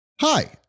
Hi